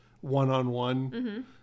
one-on-one